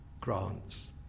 grants